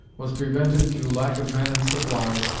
was prevented, through lack of men and supplies,